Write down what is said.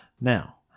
Now